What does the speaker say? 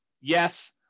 Yes